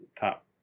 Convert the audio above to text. top